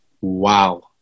Wow